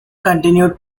continued